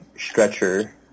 Stretcher